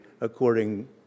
according